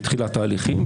בתחילת ההליכים,